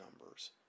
numbers